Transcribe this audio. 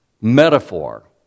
metaphor